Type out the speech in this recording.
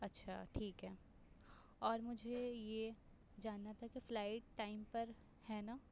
اچھا ٹھیک ہے اور مجھے یہ جاننا تھا کہ فلائٹ ٹائم پر ہے نا